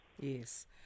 yes